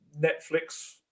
Netflix